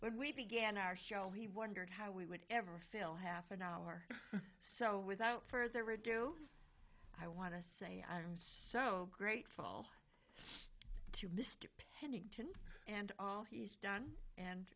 when we began our show he wondered how we would ever fill half an hour or so without further ado i want to say i'm so grateful to mr pennington and all he's done and